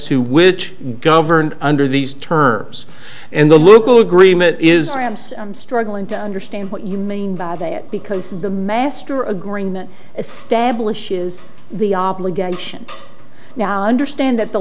to which governed under these terms and the local agreement is m's struggling to understand what you mean by that because the master agreement establishes the obligation now understand that the